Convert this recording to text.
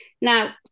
Now